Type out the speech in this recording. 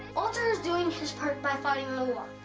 walter is doing his part by fighting in the war.